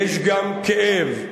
יש גם כאב.